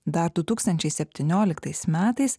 dar du tūkstančiai septynioliktais metais